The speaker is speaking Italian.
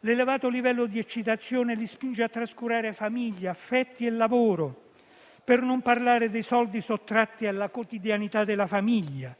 L'elevato livello di eccitazione li spinge a trascurare famiglia, affetti e lavoro, per non parlare dei soldi sottratti alla quotidianità della famiglia.